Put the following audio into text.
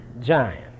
giant